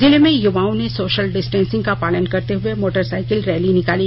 जिले में युवाओं ने सोशल डिस्टेंसिंग का पालन करते हुए मोटरसाइकिल रैली निकाली